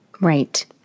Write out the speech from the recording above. Right